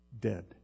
dead